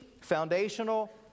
foundational